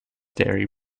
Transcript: dairy